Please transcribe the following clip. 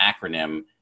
acronym